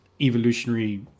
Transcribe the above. evolutionary